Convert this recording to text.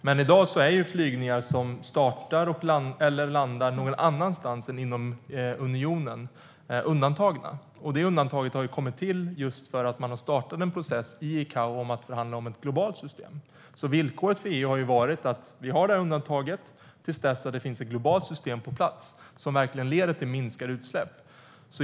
Men i dag är flygningar som startar eller landar någon annanstans än inom unionen undantagna, och det undantaget har kommit till just därför att man har startat en process i ICAO om att förhandla om ett globalt system. Villkoret för EU har varit att vi har det här undantaget tills det finns ett globalt system på plats som verkligen leder till minskade utsläpp.